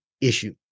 issue